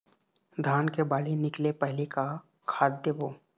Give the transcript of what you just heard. धान के बाली निकले पहली का खाद देबो?